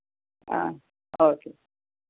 okay